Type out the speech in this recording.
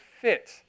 fit